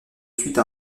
suite